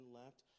left